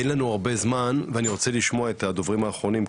אין לנו הרבה זמן ואני רוצה לשמוע את הדוברים האחרונים,